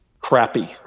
crappy